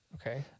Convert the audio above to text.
Okay